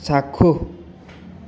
চাক্ষুষ